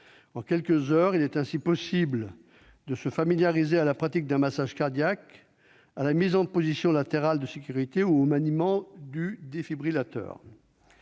En quelques heures, il est effectivement possible de se familiariser avec la pratique d'un massage cardiaque, la mise en position latérale de sécurité ou le maniement du défibrillateur.